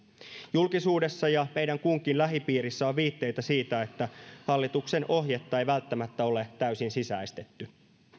julkisuudessa ja meidän kunkin lähipiirissä on viitteitä siitä että hallituksen ohjetta ei välttämättä ole täysin sisäistetty